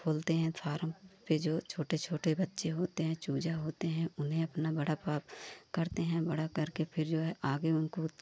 खोलते हैं फारम फिर जो छोटे छोटे बच्चे होते हैं चूज़े होते हैं उन्हें अपना बड़ा प करते हैं बड़ा करके फिर जो है आगे उनको